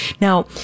Now